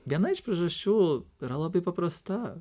viena iš priežasčių yra labai paprasta